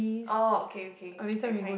oh okay okay that kind